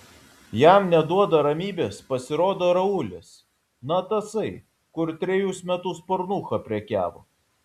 jam neduoda ramybės pasirodo raulis na tasai kur trejus metus pornucha prekiavo